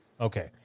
Okay